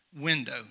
window